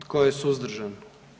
Tko je suzdržan?